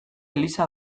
eliza